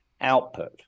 output